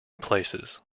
places